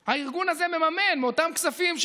אם הייתם שומעים גם ליועץ המשפטי של הוועדה,